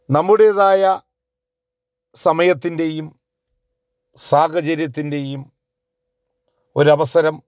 നമ്മുടേതായ സമയത്തിന്റെയും സാഹചര്യത്തിന്റെയും ഒരവസരം